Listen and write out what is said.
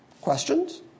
Questions